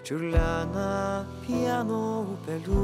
čiurlena pieno upeliu